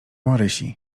marysi